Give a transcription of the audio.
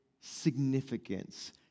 significance